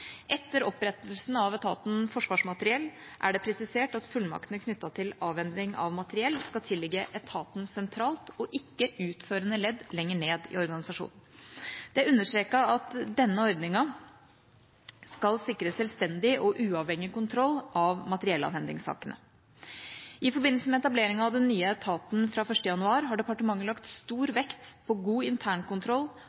Etter opprettelsen av etaten Forsvarsmateriell er det presisert at fullmaktene knyttet til avhending av materiell skal tilligge etaten sentralt, og ikke utførende ledd lenger ned i organisasjonen. Det er understreket at denne ordningen skal sikre selvstendig og uavhengig kontroll av materiellavhendingssakene. I forbindelse med etableringen av den nye etaten fra 1. januar har departementet lagt stor